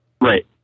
Right